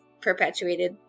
perpetuated